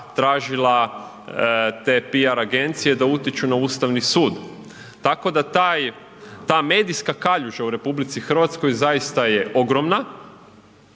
tražila te PR agencije da utječu na Ustavni sud. Tako da ta medijska kaljuža u RH zaista je ogromna